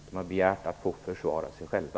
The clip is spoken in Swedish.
De har begärt att få försvara sig själva.